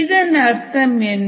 இதன் அர்த்தம் என்ன